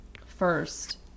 first